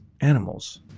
animals